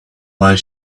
while